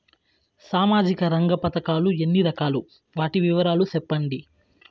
సామాజిక రంగ పథకాలు ఎన్ని రకాలు? వాటి వివరాలు సెప్పండి